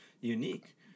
unique